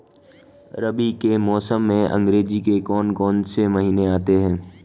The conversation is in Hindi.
रबी के मौसम में अंग्रेज़ी के कौन कौनसे महीने आते हैं?